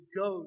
go